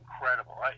incredible